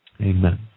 Amen